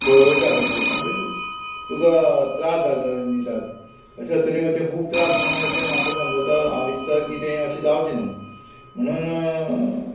खळवळटा कशें म्हणजे तुका त्रास जाग दिता अशें तरी मागीर तें खूब त्रास म्हणून अशें म्हाका समजता हांव दिसता की तें अशें जावचें न्हू म्हणून